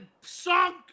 sunk